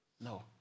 no